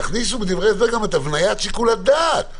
תכניסו בדברי ההסבר גם את הבניית שיקול הדעת.